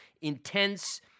intense